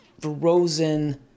frozen